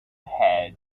had